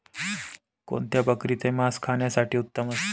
कोणत्या बकरीचे मास खाण्यासाठी उत्तम असते?